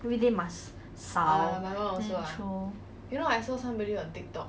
really must 扫 sweep through